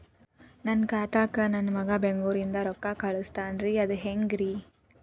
ನನ್ನ ಖಾತಾಕ್ಕ ನನ್ನ ಮಗಾ ಬೆಂಗಳೂರನಿಂದ ರೊಕ್ಕ ಕಳಸ್ತಾನ್ರಿ ಅದ ಹೆಂಗ್ರಿ?